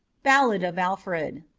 ballad of alfred